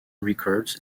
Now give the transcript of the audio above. records